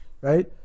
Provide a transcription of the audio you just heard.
right